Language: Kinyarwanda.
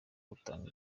gutanga